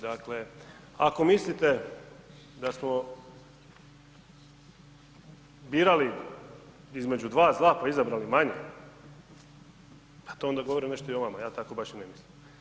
Dakle, ako mislite da smo birali između dva zla pa izabrali manje, pa to onda govori nešto i o vama, ja tako baš i ne mislim.